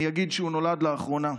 אני אגיד שהוא נולד לאחרונה,